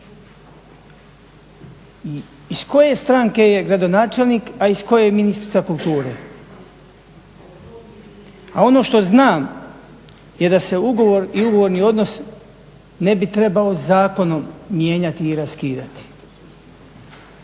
Iz koje stranke je gradonačelnik, a iz koje je ministrica kulture? A ono što znam je da se ugovor i ugovorni odnos ne bi trebao zakonom mijenjati i raskidati.